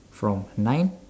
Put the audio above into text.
from nine